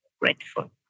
grateful